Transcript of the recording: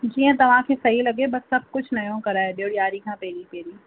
जीअं तव्हांखे सही लॻे बसि सभु कुझु नओं कराए ॾियो ॾियारी खां पहिरीं पहिरीं